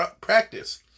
practice